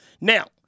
Now